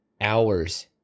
hours